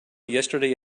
yesterday